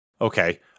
Okay